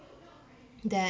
that